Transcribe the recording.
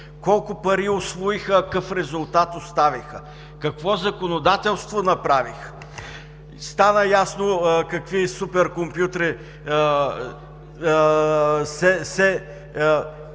Колко пари усвоиха, какъв резултат оставиха? Какво законодателство направиха? Стана ясно какви супер компютри за